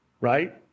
right